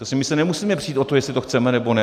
My se nemusíme přít o to, jestli to chceme, nebo ne.